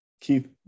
Keith